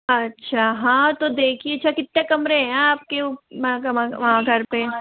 अच्छा हाँ तो देखिए अच्छा कितने कमरे हैं आप के वहाँ घर पर